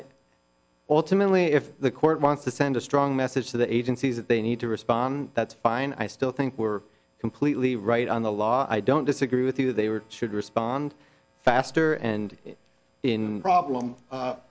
ely if the court wants to send a strong message to the agencies that they need to respond that's fine i still think we're completely right on the law i don't disagree with you they were should respond faster and in problem